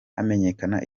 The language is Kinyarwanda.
hamenyekana